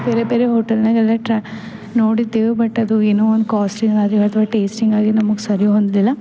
ಬೇರೆ ಬೇರೆ ಹೋಟೆಲ್ನಾಗೇಲ್ಲ ಟ್ರ ನೋಡಿದ್ದೀವಿ ಬಟ್ ಅದು ಏನು ಒಂದು ಕಾಸ್ಟಿಂಗ್ ಆಗಲಿ ಅಥ್ವ ಟೇಸ್ಟಿಂಗ್ ಆಗಲಿ ನಮಗೆ ಸರಿ ಹೊಂದಲಿಲ್ಲ